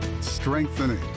strengthening